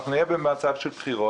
אנחנו נהיה במצב של בחירות,